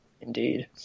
Indeed